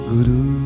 Guru